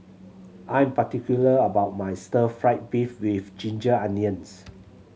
I am particular about my Stir Fry beef with ginger onions